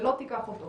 שלא תיקח את המידע.